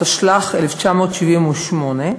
התשל"ח 1978,